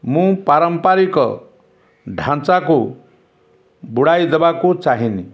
ମୁଁ ପାରମ୍ପାରିକ ଢ଼ାଞ୍ଚାକୁ ବୁଡ଼ାଇ ଦେବାକୁ ଚାହେଁନି